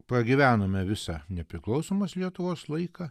pagyvenome visą nepriklausomos lietuvos laiką